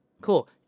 Cool